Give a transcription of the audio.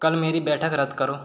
कल मेरी बैठक रद्द करो